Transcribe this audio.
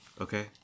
okay